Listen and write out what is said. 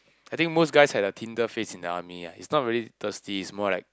I think most guys had the Tinder face in the army ah it's not really thirsty is more like